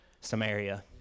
Samaria